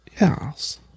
yes